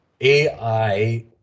AI